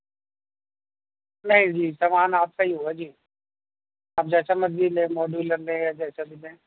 نہیں جی سامان آپ صحیح ہوا جی آپ جیسا مرضی لیں ماڈویلر لیں یا جیسا بھی لیں